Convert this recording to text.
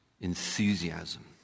enthusiasm